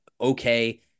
okay